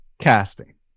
casting